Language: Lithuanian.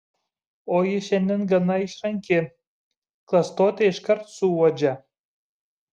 o ji šiandien gana išranki klastotę iškart suuodžia